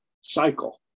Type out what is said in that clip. cycle